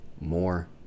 more